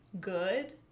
good